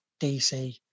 DC